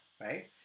right